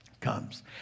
comes